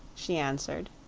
she answered.